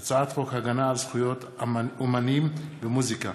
הצעת חוק הגנה על זכויות אמנים במוזיקה,